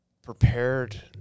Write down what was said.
prepared